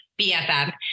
BFF